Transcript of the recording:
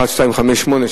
1258,